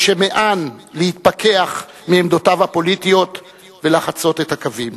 ומיאן "להתפכח" מעמדותיו הפוליטיות ולחצות את הקווים.